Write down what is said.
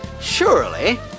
surely